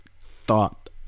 thought